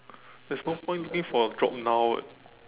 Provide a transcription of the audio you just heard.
there's no point looking for a job now